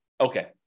Okay